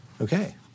Okay